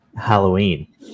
Halloween